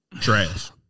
Trash